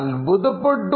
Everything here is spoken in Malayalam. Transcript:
അത്ഭുതപ്പെട്ടു